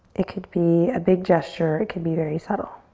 it could be a big gesture. it could be very subtle.